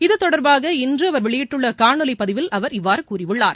இது தொடர்பாக இன்று வெளியிட்டுள்ள காணொலி பதிவில் அவர் இவ்வாறு கூறியுள்ளார்